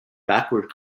backward